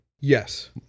Yes